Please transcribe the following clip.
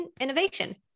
innovation